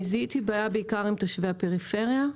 זיהיתי בעיה בעיקר עם תושבי הפריפריה,